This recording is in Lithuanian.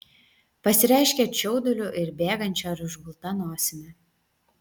pasireiškia čiauduliu ir bėgančia ar užgulta nosimi